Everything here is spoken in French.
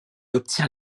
obtient